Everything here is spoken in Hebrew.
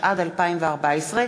התשע"ד 2014,